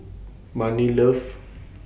Marni loves Monsunabe